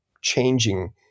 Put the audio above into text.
changing